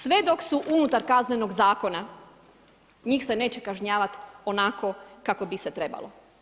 Sve dok su unutar Kaznenog zakona, njih se neće kažnjavati onako kako bi se trebalo.